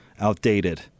outdated